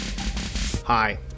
Hi